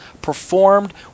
performed